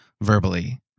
verbally